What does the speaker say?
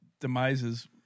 demises